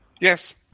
Yes